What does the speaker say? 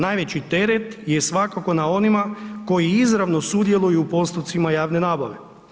Najveći teret je svakako na onima koji izravno sudjeluju u postupcima javne nabave.